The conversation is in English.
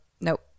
Nope